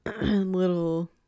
little